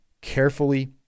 carefully